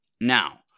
Now